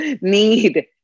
need